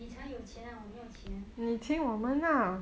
你才有钱我没有钱